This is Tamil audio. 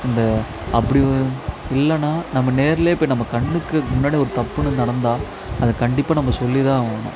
இந்த அப்படி இல்லைன்னா நம்ம நேரிலே போய் நம்ம கண்ணுக்கு முன்னாடி ஒரு தப்புன்னு நடந்தால் அது கண்டிப்பாக நம்ம சொல்லி தான் ஆகணும்